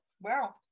wow